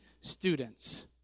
students